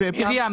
מרים,